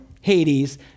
Hades